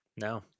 No